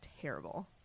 terrible